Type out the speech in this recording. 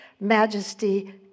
majesty